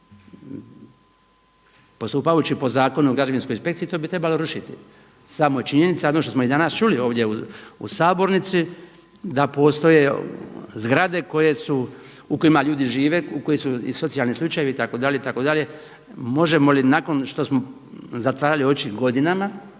Postupajući po Zakonu o građevinskoj inspekciji to bi trebalo rušiti. Samo je činjenica ono što smo i danas čuli ovdje u sabornici da postoje zgrade koje su, u kojima ljudi žive, koji su i socijalni slučajevi itd. itd. Možemo li nakon što smo zatvarali oči godinama